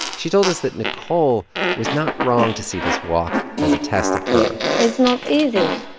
she told us that nicole was not wrong to see this walk as a test of her it's not easy.